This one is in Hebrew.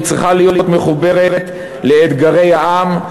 היא צריכה להיות מחוברת לאתגרי העם,